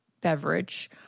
beverage